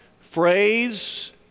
phrase